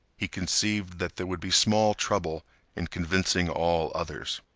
he conceived that there would be small trouble in convincing all others.